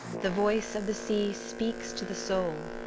the voice of the sea speaks to the soul.